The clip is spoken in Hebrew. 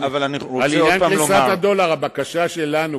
הבקשה שאנחנו,